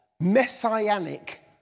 messianic